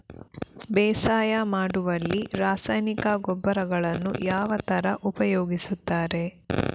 ಬೇಸಾಯ ಮಾಡುವಲ್ಲಿ ರಾಸಾಯನಿಕ ಗೊಬ್ಬರಗಳನ್ನು ಯಾವ ತರ ಉಪಯೋಗಿಸುತ್ತಾರೆ?